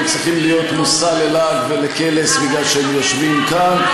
צריכים להיות מושא ללעג ולקלס משום שהם יושבים כאן.